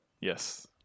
Yes